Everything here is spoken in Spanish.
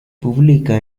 publica